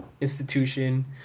institution